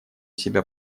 себя